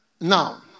Now